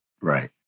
Right